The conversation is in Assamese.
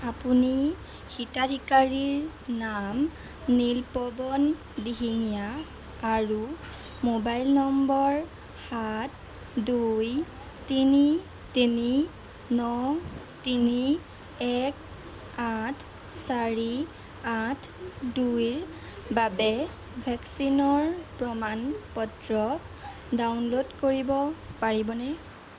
আপুনি হিতাধিকাৰীৰ নাম নীলপৱন দিহিঙীয়া আৰু মোবাইল নম্বৰ সাত দুই তিনি তিনি ন তিনি এক আঠ চাৰি আঠ দুইৰ বাবে ভেকচিনৰ প্ৰমাণ পত্ৰ ডাউনলোড কৰিব পাৰিবনে